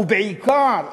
ובעיקר,